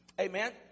Amen